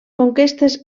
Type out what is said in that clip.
conquestes